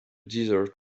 desert